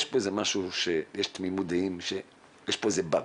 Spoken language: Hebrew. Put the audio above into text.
יש תמימות דעים שיש פה איזה באג.